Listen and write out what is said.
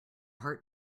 heart